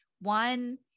one